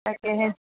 তাকেহে